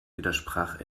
widersprach